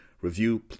review